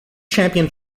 champion